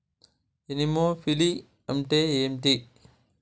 Anemophily అంటే ఏంటి?